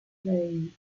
lane